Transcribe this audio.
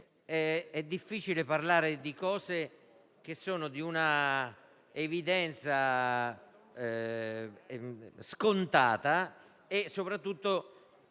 è difficile parlare di cose che sono di un'evidenza scontata, soprattutto